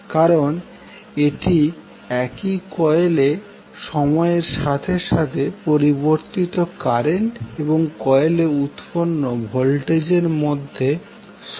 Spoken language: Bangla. কারণ এটি একই কয়েলে সময়ের সাথে সাথে পরিবর্তিত কারেন্ট এবং কয়েলে উৎপন্ন ভোল্টেজের মধ্যে সম্পর্ক